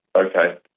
okay.